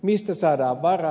mistä saadaan varat